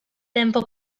tempo